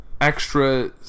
extra